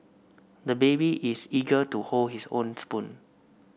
the baby is eager to hold his own spoon